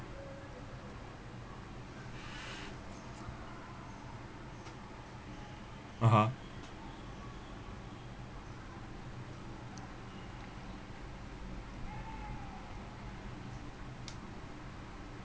(uh huh)